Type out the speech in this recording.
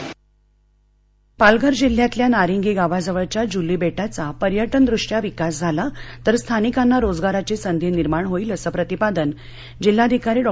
विकास पालघर पालघर जिल्ह्यातल्या नारिंगी गावाजवळच्या जुली बधीवा पर्यटनदृष्ट्या विकास झाला तर स्थानिकांना रोजगाराची संधी निर्माण होईल असं प्रतिपादन जिल्हाधिकारी डॉ